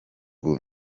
ubu